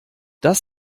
das